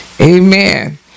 Amen